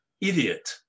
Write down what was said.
idiot